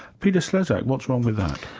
peter slezak, what's wrong with that?